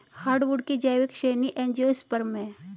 hardwood की जैविक श्रेणी एंजियोस्पर्म है